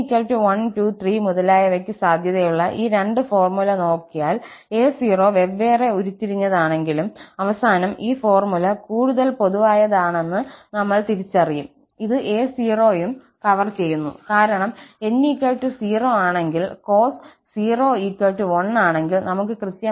n 1 2 3 മുതലായവയ്ക്ക് സാധുതയുള്ള ഈ രണ്ട് ഫോർമുല നോക്കിയാൽ ഈ a0 വെവ്വേറെ ഉരുത്തിരിഞ്ഞതാണെങ്കിലും അവസാനം ഈ ഫോർമുല കൂടുതൽ പൊതുവായതാണെന്ന് നമ്മൾ തിരിച്ചറിയും ഇത് a0 ഉം കവർ ചെയ്യുന്നു കാരണം n 0 ആണെങ്കിൽ cos 0 1 ആണെങ്കിൽ നമുക്ക് കൃത്യമായി n 0 ഈ ഫോർമുലയുണ്ട്